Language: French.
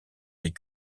des